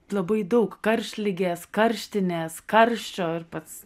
labai daug karštligės karštinės karščio ir pats